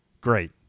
Great